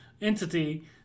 entity